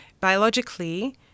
biologically